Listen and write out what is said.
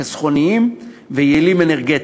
חסכוניים ויעילים אנרגטית.